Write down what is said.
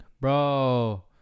Bro